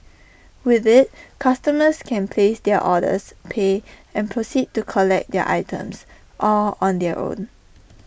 with IT customers can place their orders pay and proceed to collect their items all on their own